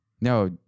No